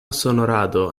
sonorado